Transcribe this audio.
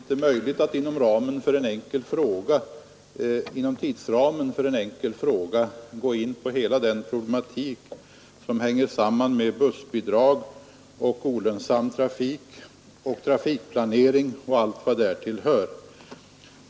Herr talman! Det är inte möjligt att inom ramen för en enkel fråga gå in på hela den problematik som hänger samman med bussbidrag och olönsam trafik, trafikplanering och allt vad därtill hör.